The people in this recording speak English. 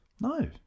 No